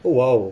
!wow!